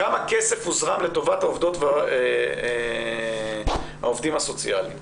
כמה כסף הוזרם לטובת העובדות והעובדים הסוציאליים?